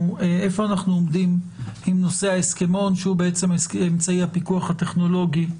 איפה אנחנו עומדים עם נושא ההסכמון שהוא בעצם אמצעי הפיקוח הטכנולוגי.